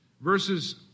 verses